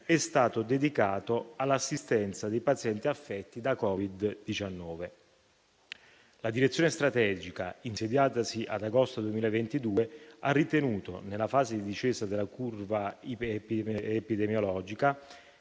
è stato dedicato all'assistenza dei pazienti affetti da Covid-19. La direzione strategica, insediatasi ad agosto 2022, ha ritenuto, nella fase di discesa della curva epidemiologica